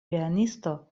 pianisto